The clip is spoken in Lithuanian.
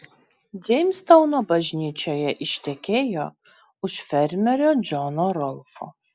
džeimstauno bažnyčioje ištekėjo už fermerio džono rolfo